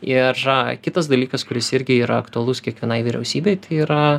yra kitas dalykas kuris irgi yra aktualus kiekvienai vyriausybei tai yra